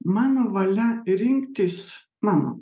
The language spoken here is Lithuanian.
mano valia rinktis mano